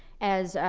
as, ah,